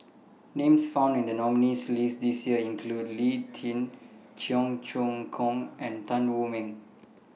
Names found in The nominees' list This Year include Lee Tjin Cheong Choong Kong and Tan Wu Meng